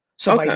so,